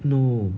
no